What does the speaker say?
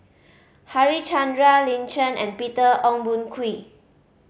Harichandra Lin Chen and Peter Ong Boon Kwee